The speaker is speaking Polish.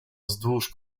wzdłuż